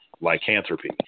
lycanthropy